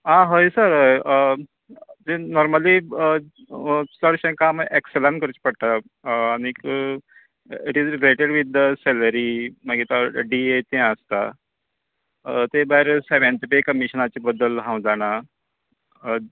आं हय sir normally चडशे काम एक्सलान करचे पडता आनीक रेजल वित द सेलरी मागीर डी ए तें आसता तें भायर सेवेंत पे कमीशनाच्या बदल हांव जाणा हय